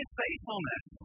faithfulness